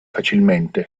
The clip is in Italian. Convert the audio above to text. facilmente